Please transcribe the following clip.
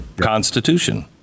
Constitution